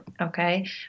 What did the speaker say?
okay